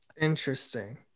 Interesting